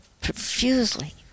profusely